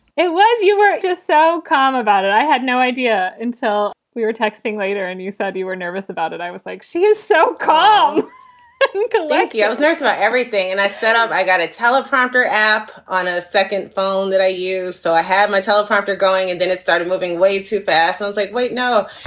it was you were just so calm about it. i had no idea until we were texting later. and you you said you were nervous about it i was like, she is so calm that like yeah i was nervous about everything. and i said, um i've got a teleprompter app on a second phone that i use. so i had my teleprompter going and then it started moving way too fast. and i was like, wait, no.